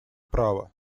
права